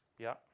yeah.